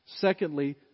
Secondly